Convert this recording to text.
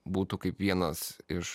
būtų kaip vienas iš